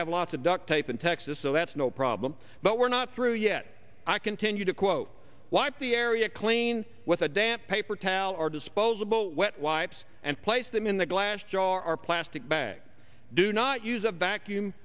have lots of duct tape in texas so that's no problem but we're not through yet i continue to quote wipe the area clean with a damp paper towel or disposable wet wipes and place them in the glass jar or plastic bag do not use a vacuum